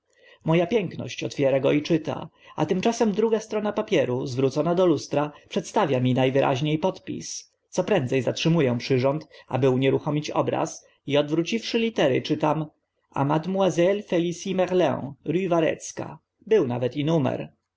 a piękność otwiera go i czyta a tymczasem druga strona papieru zwrócona do lustra przedstawia mi na wyraźnie podpis co prędze zatrzymu ę przyrząd aby unieruchomić obraz i odwróciwszy litery czytam a mademoiselle felicia merlin rue warecka był nawet i numer